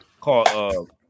called